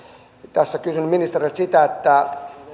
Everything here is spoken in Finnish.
tässä kysyn ministeriltä sitä